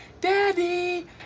daddy